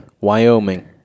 Wyoming